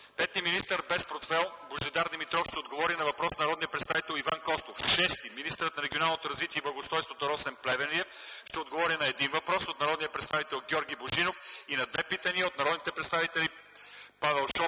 5. Министърът без портфейл Божидар Димитров ще отговори на въпрос от народния представител Иван Костов. 6. Министърът на регионалното развитие и благоустройството Росен Плевнелиев ще отговори на един въпрос от народния представител Георги Божинов и на две питания от народните представители Павел Шопов